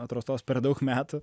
atrastos per daug metų